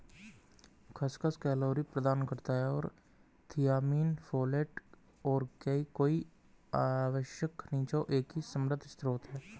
खसखस कैलोरी प्रदान करता है और थियामिन, फोलेट और कई आवश्यक खनिजों का एक समृद्ध स्रोत है